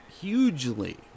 hugely